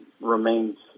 remains